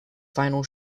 final